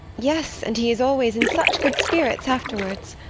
yes, and he is always in such good spirits afterwards.